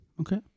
Okay